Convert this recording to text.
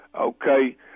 Okay